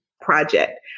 project